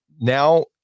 Now